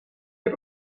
heb